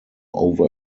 over